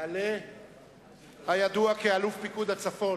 יעלה הידוע כאלוף פיקוד הצפון,